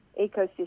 ecosystem